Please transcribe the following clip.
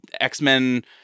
X-Men